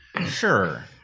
Sure